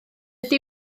doedd